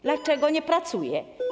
Dlaczego nie pracuje?